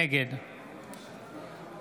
נגד